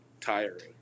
Tiring